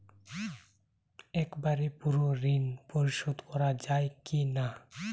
একবারে পুরো ঋণ পরিশোধ করা যায় কি না?